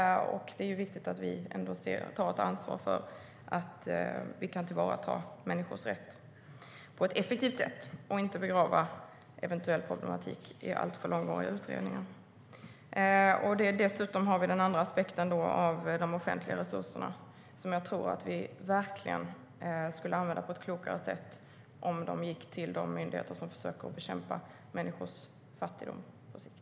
Det är viktigt att vi tar ansvar för att tillvarata människors rätt på ett effektivt sätt och inte begraver eventuell problematik i alltför långvariga utredningar. Vi har dessutom den andra aspekten av offentliga resurser. Jag tror att vi verkligen skulle kunna använda dem på ett klokare sätt om de gick till de myndigheter som försöker bekämpa människors fattigdom på sikt.